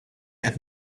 qed